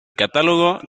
catálogo